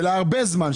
של הרבה זמן,